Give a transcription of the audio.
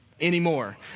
anymore